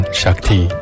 Shakti